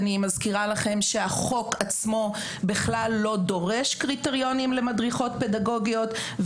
אני מזכירה לכם שהחוק עצמו בכלל לא דורש קריטריונים למדריכות פדגוגיות,